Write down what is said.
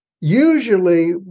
usually